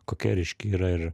kokia ryški yra ir